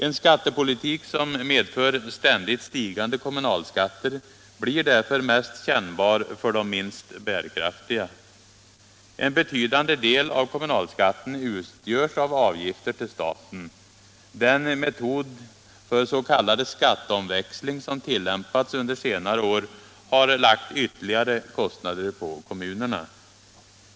En skattepolitik som medför ständigt stigande kommunalskatter blir därför mest kännbar för de minst bärkraftiga. En betydande del av kommunalskatten utgörs av avgifter till staten. Den metod för s.k. skatteomväxling som tillämpats under senare år har lagt ytterligare kostnader på kommunerna.